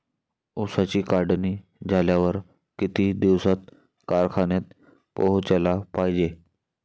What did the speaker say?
ऊसाची काढणी झाल्यावर किती दिवसात कारखान्यात पोहोचला पायजे?